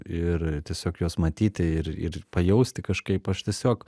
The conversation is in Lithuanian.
ir tiesiog juos matyti ir ir pajausti kažkaip aš tiesiog